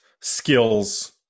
skills